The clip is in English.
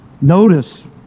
notice